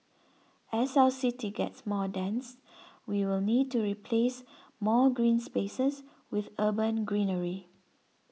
as our city gets more dense we will need to replace more green spaces with urban greenery